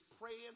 praying